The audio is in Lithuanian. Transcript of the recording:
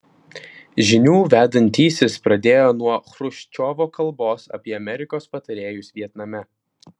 žinių vedantysis pradėjo nuo chruščiovo kalbos apie amerikos patarėjus vietname